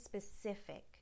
specific